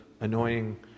annoying